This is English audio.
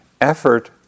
effort